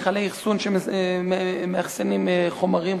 מכלי אחסון שמאחסנים חומרים,